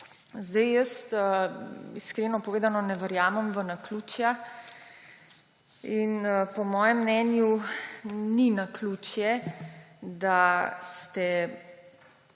zagovarjate. Iskreno povedano ne verjamem v naključja in po mojem mnenju ni naključje, da ste,